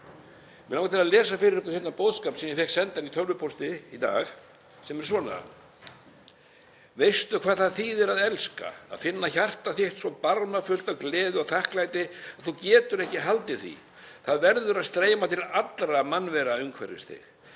Mig langar að lesa fyrir ykkur hérna boðskap sem ég fékk sendan í tölvupósti í dag, sem er svona: Veistu hvað það þýðir að elska, að finna hjarta þitt svo barmafullt af gleði og þakklæti að þú getur ekki haldið því, það verður að streyma til allra mannvera umhverfis þig?